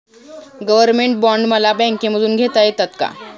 Government bond मला बँकेमधून घेता येतात का?